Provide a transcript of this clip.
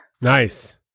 Nice